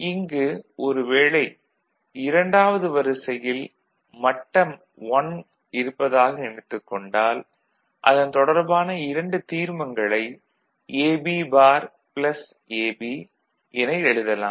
இங்கு ஒரு வேளை இரண்டாவது வரிசையில் மட்டம் '1' இருப்பதாக நினைத்துக் கொண்டால் அதன் தொடர்பான இரண்டு தீர்மங்களை AB பார் AB என எழுதலாம்